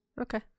Okay